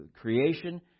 creation